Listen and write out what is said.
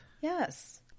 Yes